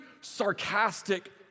sarcastic